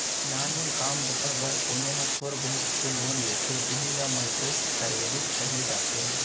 नानमून काम बूता बर कोनो ह थोर बहुत के लोन लेथे उही ल माइक्रो करेडिट कहे जाथे